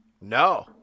No